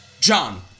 John